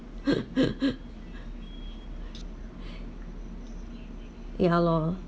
ya lor